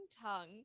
tongue